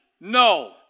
no